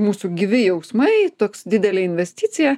mūsų gyvi jausmai toks didelė investicija